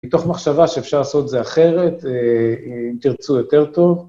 מתוך מחשבה שאפשר לעשות את זה אחרת, אם תרצו יותר טוב.